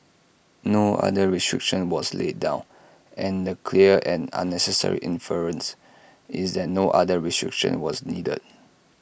no other restriction was laid down and the clear and necessary inference is that no other restriction was needed